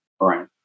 Right